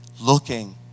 looking